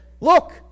look